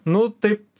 nu taip